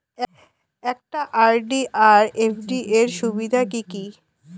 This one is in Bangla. একটা আর.ডি আর এফ.ডি এর সুবিধা কি কি?